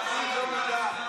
לפיד לא מעריך את העבודה שלה.